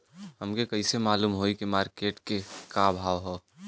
हमके कइसे मालूम होई की मार्केट के का भाव ह?